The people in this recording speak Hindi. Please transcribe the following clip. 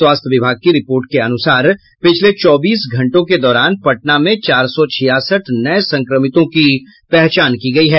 स्वास्थ्य विभाग की रिपोर्ट के अनुसार पिछले चौबीस घंटों के दौरान पटना में चार सौ छियासठ नये संक्रमितों की पहचान की गई है